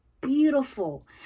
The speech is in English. beautiful